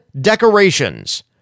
decorations